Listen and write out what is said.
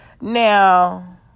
Now